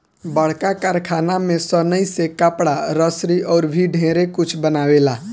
बड़का कारखाना में सनइ से कपड़ा, रसरी अउर भी ढेरे कुछ बनावेला